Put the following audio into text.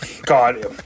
God